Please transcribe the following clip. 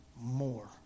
more